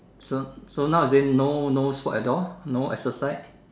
so so now is it no no sport at all no exercise